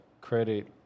credit